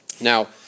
Now